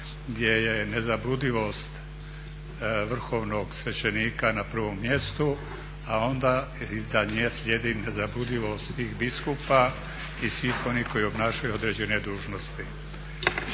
gdje je nezabludivost vrhovnog svećenika na prvom mjestu a onda iza nje slijedi nezabludivost i biskupa i svih onih koji obnašaju određene dužnosti.